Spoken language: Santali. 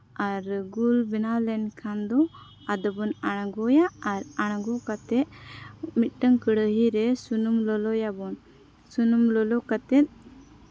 ᱟᱨ ᱜᱩᱞ ᱵᱮᱱᱟᱣ ᱞᱮᱱᱠᱷᱟᱱ ᱫᱚ ᱟᱫᱚ ᱵᱚᱱ ᱟᱬᱜᱚᱭᱟ ᱟᱨ ᱟᱬᱜᱚ ᱠᱟᱛᱮᱫ ᱢᱤᱫᱴᱟᱱ ᱠᱟᱹᱲᱟᱹᱦᱤ ᱨᱮ ᱥᱩᱱᱩᱢ ᱞᱚᱞᱚᱭᱟᱵᱚᱱ ᱥᱩᱱᱩᱢ ᱞᱚᱞᱚ ᱠᱟᱛᱮᱫ